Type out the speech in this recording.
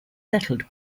settled